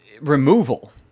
removal